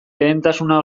lehentasuna